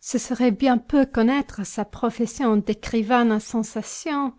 ce serait bien peu connaître sa profession d'écrivain à sensation